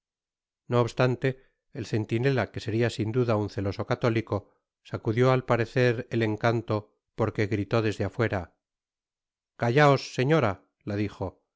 no obstante el centinela que seria sin duda un celoso católico sacudió al parecer et encanto porque gritó desde afuera callaos señora la dijo